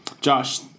josh